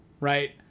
right